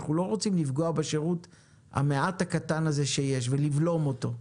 אנחנו לא רוצים לפגוע בשירות הקטן הזה שיש ולבלום אותו.